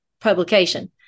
publication